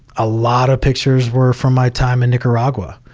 a lot of pictures were from my time in nicaragua,